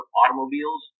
automobiles